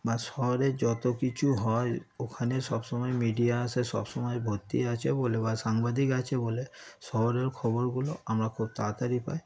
বা শহরের যত কিছু হয় ওখানে সবসময় মিডিয়া আসে সবসময় ভর্তি হয়ে আছে বলে বা সাংবাদিক আছে বলে শহরের খবরগুলো আমরা খুব তাড়াতাড়ি পাই